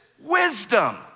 wisdom